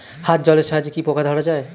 হাত জলের সাহায্যে কি পোকা ধরা যায়?